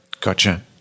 Gotcha